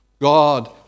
God